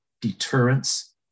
deterrence